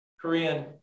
Korean